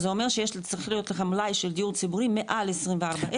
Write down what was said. זאת אומרת שצריכה להיות לך מלאי של דיור ציבורי של מעל 24 אלף.